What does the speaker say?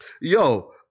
Yo